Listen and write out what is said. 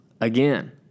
again